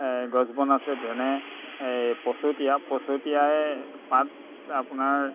গছ বন আছে যেনে পচতিয়া পচতিয়াৰ পাত আপোনাৰ